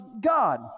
God